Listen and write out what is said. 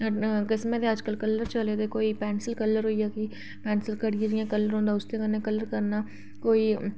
किस्मां दे कलर्स चले दे कोई पैंसिल कलर होई गेआ पैंसिल घड़ियै कलर करना जि'यां कोई